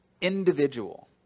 individual